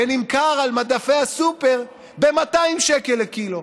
ונמכר על מדפי הסופר ב-200 שקל לקילו.